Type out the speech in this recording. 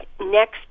next